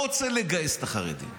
-- אתם אנשים הגונים.